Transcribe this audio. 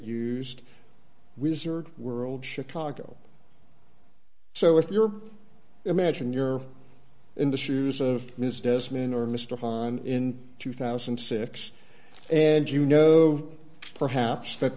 used wizard world chicago so if you're imagine you're in the shoes of music as man or mr hahn in two thousand and six and you know perhaps that